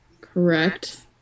Correct